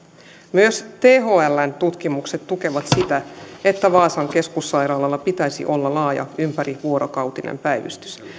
myös thln tutkimukset tukevat sitä että vaasan keskussairaalalla pitäisi olla laaja ympärivuorokautinen päivystys